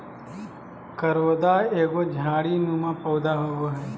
करोंदा एगो झाड़ी नुमा पौधा होव हय